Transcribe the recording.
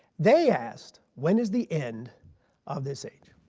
they asked when is the end of this age?